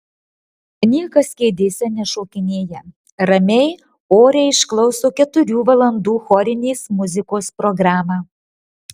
niekas kėdėse nešokinėja ramiai oriai išklauso keturių valandų chorinės muzikos programą